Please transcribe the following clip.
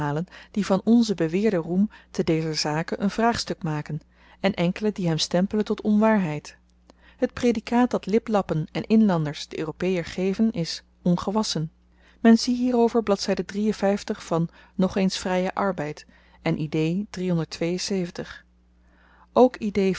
die van onzen beweerden roem te dezer zake een vraagstuk maken en enkelen die hem stempelen tot onwaarheid het praedikaat dat liplappen en inlanders den europeër geven is ongewasschen men zie hierover bladzy van nog eens vryen arbeid en ook